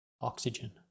oxygen